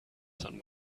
sun